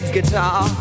guitar